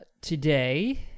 Today